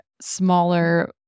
smaller